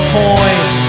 point